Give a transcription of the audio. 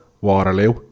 Waterloo